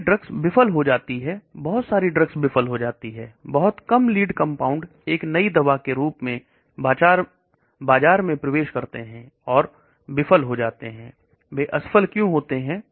इसलिए ड्रग्स विफल हो जाती है बहुत सारी ड्रग्स विफल हो जाती हैं बहुत कम लीड कंपाउंड एक नई दवा के रूप में बाजार में प्रवेश करते हैं और विफल हो जाते हैं असफल क्यों होते हैं